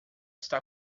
está